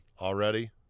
already